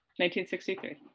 1963